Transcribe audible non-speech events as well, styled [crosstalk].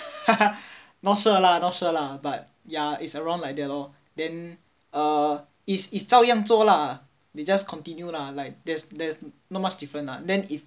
[laughs] not sure lah not sure lah but ya is around like that lor then err is is 照样做 lah they just continue lah like there's there's not much different lah then if